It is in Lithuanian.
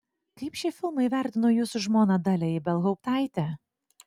kaip šį filmą įvertino jūsų žmona dalia ibelhauptaitė